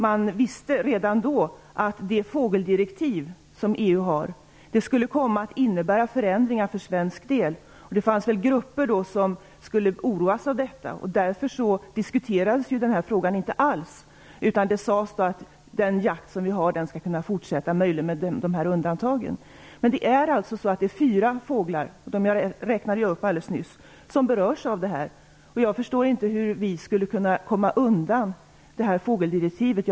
Man visste redan då att det fågeldirektiv som EU har skulle komma att innebära förändringar för svensk del. Det fanns grupper som skulle oroas av detta. Därför diskuterades den här frågan inte alls. Det sades att den jakt som vi har skulle kunna fortsätta, möjligen med dessa undantag. Men det är alltså fyra fågelarter som berörs av detta. Jag räknade upp dem alldeles nyss. Jag förstår inte hur vi skulle kunna komma undan fågeldirektivet.